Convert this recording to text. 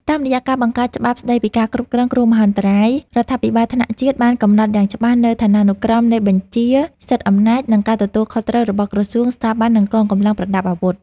តាមរយៈការបង្កើតច្បាប់ស្តីពីការគ្រប់គ្រងគ្រោះមហន្តរាយ រដ្ឋាភិបាលថ្នាក់ជាតិបានកំណត់យ៉ាងច្បាស់នូវឋានានុក្រមនៃបញ្ជា សិទ្ធិអំណាច និងការទទួលខុសត្រូវរបស់ក្រសួង ស្ថាប័ន និងកងកម្លាំងប្រដាប់អាវុធ។